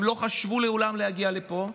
הם לא חשבו מעולם להגיע לפה,